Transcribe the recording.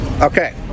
Okay